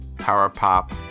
power-pop